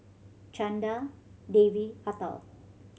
Chanda Devi Atal